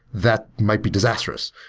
that might be disastrous.